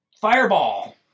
Fireball